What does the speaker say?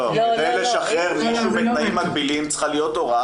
כדי לשחרר מישהו בתנאים מגבילים צריכה להיות הוראה